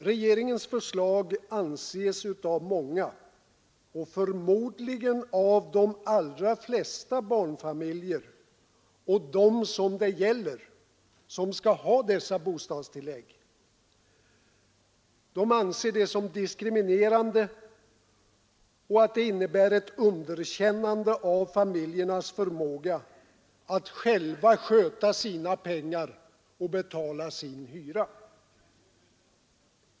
Regeringens förslag anses av många, förmodligen de allra flesta barnfamiljer och de allra flesta av dem som detta gäller, dvs. dem som skall ha bostadstilläggen, vara diskriminerande; det innebär ett underkännande av familjernas förmåga att själva sköta sina pengar och betala sin hyra.